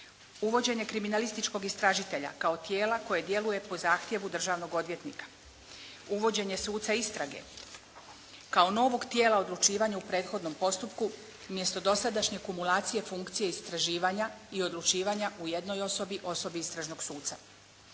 Uvođenje kriminalističkog istražitelja kao tijela koje djeluje po zahtjevu državnog odvjetnika. Uvođenje suca istrage kao novog tijela u odlučivanju u prethodnom postupku umjesto dosadašnje kumulacije funkcije istraživanja i odlučivanja u jednoj osobi, osobi istražnog suca.